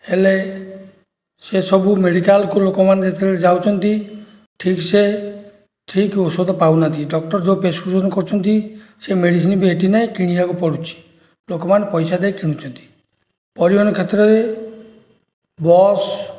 ହେଲେ ସେସବୁ ମେଡ଼ିକାଲ୍କୁ ଲୋକମାନେ ଯେତେବେଳେ ଯାଉଛନ୍ତି ଠିକ୍ ସେ ଠିକ୍ ଔଷଧ ପାଉନାହାନ୍ତି ଡକ୍ଟର ଯେଉଁ ପ୍ରେସ୍କ୍ରିପସନ୍ କରୁଛନ୍ତି ସେ ମେଡ଼ିସିନ୍ ବି ଏଇଠି ନାହିଁ କିଣିବାକୁ ପଡ଼ୁଛି ଲୋକମାନେ ପଇସା ଦେଇ କିଣୁଛନ୍ତି ପରିବାର କ୍ଷେତ୍ରରେ ବସ୍